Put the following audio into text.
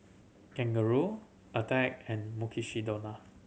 Kangaroo Attack and Mukshidonna